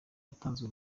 yatanzwe